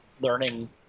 learning